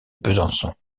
besançon